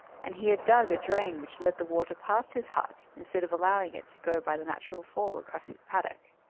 and he had dug a drain which led the water past his hut, instead of allowing it to go by the natural fall across his paddock.